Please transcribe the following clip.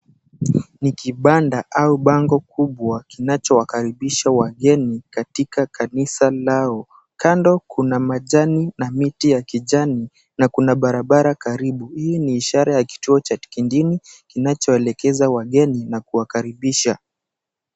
Ni kibanda au bango kubwa kinachowakaribisha wageni katika kanisa lao. Kando kuna majani na miti ya kijani na kuna barabara karibu. Hii ni ishara ya kituo cha tikindini kinachoelekeza wageni na kuwakaribisha.